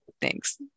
Thanks